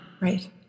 right